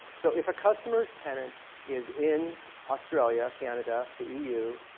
so if a customer's tenant is in australia, canada, the eu,